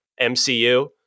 MCU